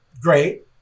Great